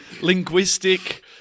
Linguistic